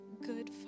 good